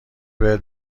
بهت